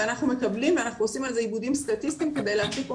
אנחנו מקבלים ואנחנו עושים על זה עיבודים סטטיסטיים כדי להפיק אומדנים.